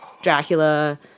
Dracula